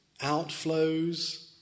outflows